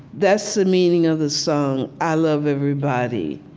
that's the meaning of the song i love everybody.